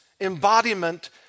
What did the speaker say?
embodiment